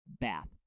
Bath